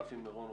רפי מירון,